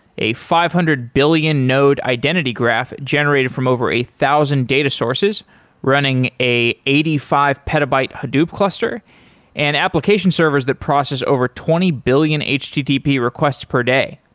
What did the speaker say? a five hundred billion node identity graph generated from over a thousand data sources running a eighty five petabyte hadoop cluster and application servers that process over twenty billion http requests per day.